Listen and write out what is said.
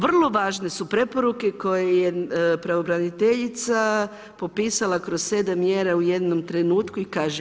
Vrlo važne su preporuke koje je pravobraniteljica popisala kroz 7 mjera u jednom trenutku i kaže.